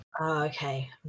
okay